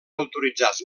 autoritzats